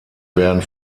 werden